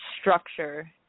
structure